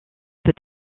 peut